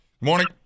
morning